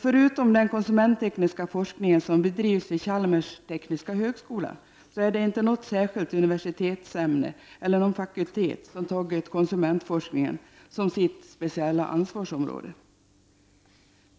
Förutom den konsumenttekniska forskningen, som bedrivs vid Chalmers tekniska högskola, är det inte något särskilt universitetsämne eller någon fakultet som tagit konsumentforskningen som sitt speciella ansvarsområde.